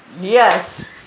Yes